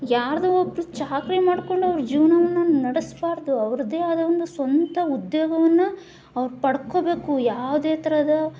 ಯಾರದೋ ಒಬ್ಬರ ಚಾಕರಿ ಮಾಡಿಕೊಂಡು ಅವರು ಜೀವನವನ್ನು ನಡೆಸಬಾರದು ಅವರದ್ದೇ ಆದ ಒಂದು ಸ್ವಂತ ಉದ್ಯೋಗವನ್ನು ಅವರು ಪಡ್ಕೋಬೇಕು ಯಾವುದೇ ಥರದ